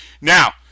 Now